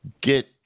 get